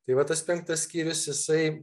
tai va tas penktas skyrius jisai